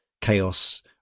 chaos